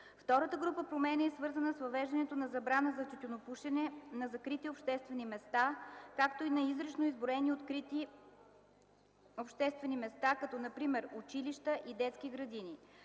Втората група промени е свързана с въвеждането на забрана за тютюнопушене на закрити обществени места, както и на изрично изброени открити обществени места, като например училища и детски градини.